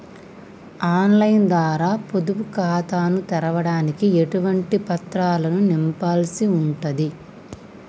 On line ద్వారా పొదుపు ఖాతాను తెరవడానికి ఎటువంటి పత్రాలను నింపాల్సి ఉంటది?